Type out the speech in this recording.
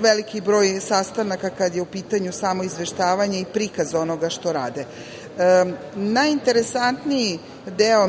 veliki broj sastanaka kada je u pitanju samo izveštavanje i prikaz onoga što rade. Najinteresantniji deo